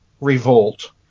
revolt